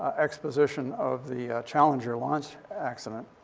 exposition of the, ah, challenger launch accident.